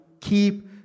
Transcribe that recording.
keep